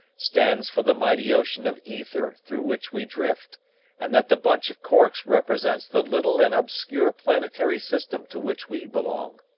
stands for the mighty ocean of ether through which we drift and that the bunch of corks represents the little and obscure planetary system to which we belong.